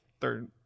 third